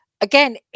Again